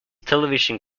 television